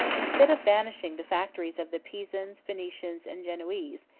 instead of banishing the factories of the pisans, venetians, and genoese,